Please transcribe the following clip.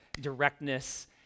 directness